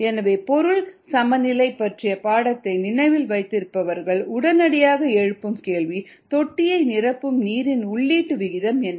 எனவே பொருள் சமநிலை பற்றிய பாடத்தை நினைவில் வைத்திருப்பவர்கள் உடனடியாக எழுப்பும் கேள்வி தொட்டியை நிரப்பும் நீரின் உள்ளீட்டு விகிதம் என்ன